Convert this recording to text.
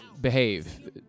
Behave